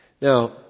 Now